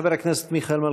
חבר הכנסת מיכאל מלכיאלי,